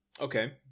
Okay